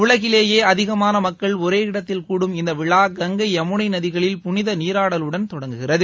உலகிலேயே அதிகமான மக்கள் ஒரே இடத்தில் கூடும் இந்த விழா கங்கை யமுனை நதிகளில் புனித நீராடலுடன் தொடங்குகிறது